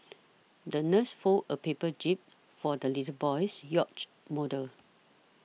the nurse folded a paper jib for the little boy's yacht model